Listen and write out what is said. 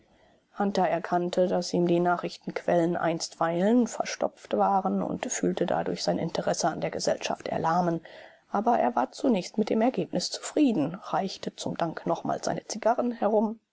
hunter erkannte daß ihm die nachrichtenquellen einstweilen verstopft waren und fühlte dadurch sein interesse an der gesellschaft erlahmen aber er war zunächst mit dem ergebnis zufrieden reichte zum dank nochmals seine zigarren herum